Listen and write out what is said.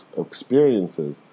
experiences